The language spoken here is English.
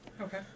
Okay